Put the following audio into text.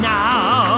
now